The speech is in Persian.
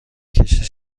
کشتی